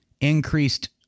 increased